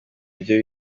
byo